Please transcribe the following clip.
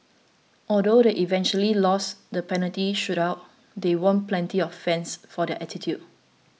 although they eventually lost the penalty shootout they won plenty of fans for their attitude